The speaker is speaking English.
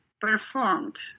performed